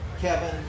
Kevin